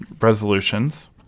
resolutions